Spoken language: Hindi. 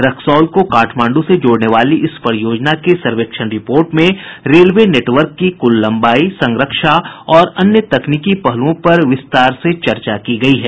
रक्सौल को काठमांडू से जोड़ने वाली इस परियोजना के सर्वेक्षण रिपोर्ट में रेलवे नेटवर्क की कुल लंबाई संरक्षा और अन्य तकनीकी पहलुओं पर विस्तृत चर्चा की गयी है